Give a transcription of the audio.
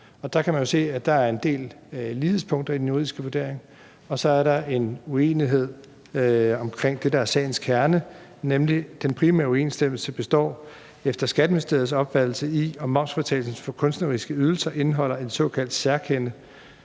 der er en del lighedspunkter i den juridiske vurdering, og så er der en uenighed omkring det, der er sagens kerne. Den primære uoverensstemmelse består nemlig efter Skatteministeriets opfattelse i, om momsfritagelsen for kunstneriske ydelser indeholder et såkaldt særkende